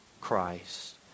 Christ